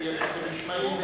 כי אתם נשמעים.